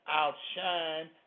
outshine